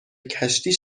کشتی